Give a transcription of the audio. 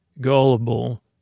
gullible